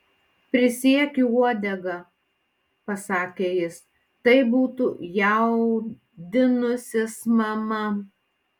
prisiekiu uodega pasakė jis tai būtų jaudinusis mama